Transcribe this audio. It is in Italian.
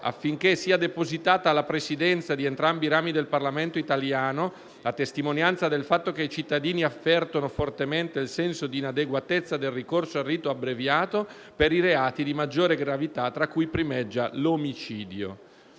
affinché sia depositata alla Presidenza di entrambi i rami del Parlamento italiano, a testimonianza del fatto che i cittadini avvertono fortemente il senso di inadeguatezza del ricorso al rito abbreviato per i reati di maggiore gravità, tra cui primeggia l'omicidio».